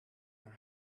naar